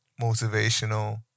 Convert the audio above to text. motivational